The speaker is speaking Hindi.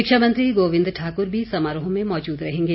शिक्षा मंत्री गोविंद ठाकुर भी समारोह में मौजूद रहेंगे